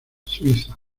suiza